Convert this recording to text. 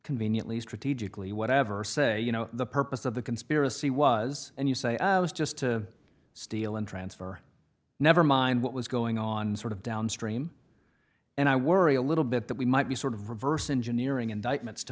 conveniently strategically whatever say you know the purpose of the conspiracy was and you say i was just to steal and transfer never mind what was going on sort of downstream and i worry a little bit that we might be sort of reverse engineering indictments to